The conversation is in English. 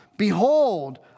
Behold